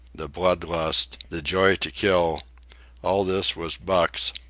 the blood lust, the joy to kill all this was buck's,